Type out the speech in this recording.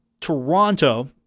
Toronto